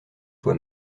toi